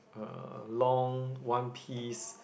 uh long one piece